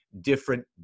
different